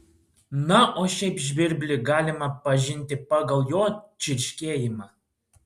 na o šiaip žvirblį galima pažinti pagal jo čirškėjimą